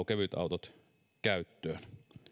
kevytautot käyttöön